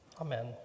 Amen